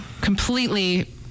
completely